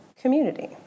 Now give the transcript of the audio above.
community